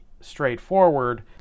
straightforward